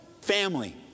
family